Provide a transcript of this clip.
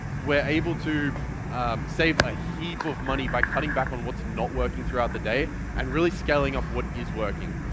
we're able to save a heap of money by cutting back on what's not working throughout the day and really scaling up what is working.